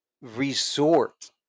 resort